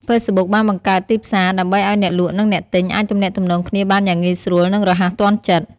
ហ្វេសប៊ុកបានបង្កើត ទីផ្សារ ដើម្បីឱ្យអ្នកលក់និងអ្នកទិញអាចទំនាក់ទំនងគ្នាបានយ៉ាងងាយស្រួលនិងរហ័សទាន់ចិត្ត។